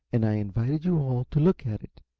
and i invited you all to look at it.